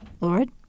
Lord